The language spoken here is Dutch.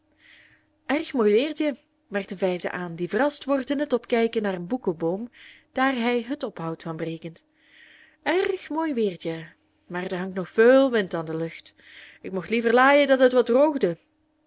erg mooi weertje merkt een vijfde aan die verrast wordt in het opkijken naar een boekoboom daar hij het ophout van berekent erg mooi weertje mær der hangt nog veul wind an de lucht ik mocht liever laien dat et wat droogde